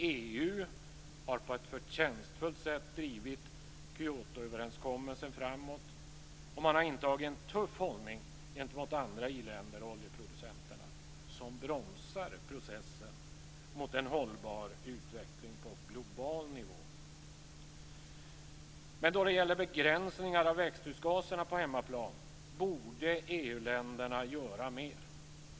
EU har på ett förtjänstfullt sätt drivit Kyotoöverenskommelsen framåt och intagit en tuff hållning gentemot andra iländer och oljeproducenterna, som bromsar processen mot en hållbar utveckling på global nivå. Men då det gäller begränsningar av växthusgaserna på hemmaplan borde EU-länderna göra mer.